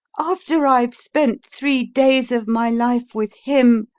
after i've spent three days of my life with him,